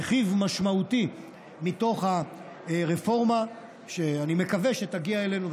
רכיב משמעותי מתוך הרפורמה שאני מקווה שתגיע אלינו,